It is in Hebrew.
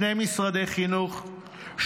שני משרדי חינוך,